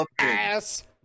ass